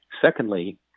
Secondly